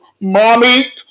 mommy